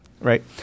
right